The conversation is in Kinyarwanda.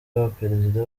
abaperezida